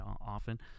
often